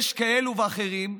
יש כאלה ואחרים,